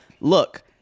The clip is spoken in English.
look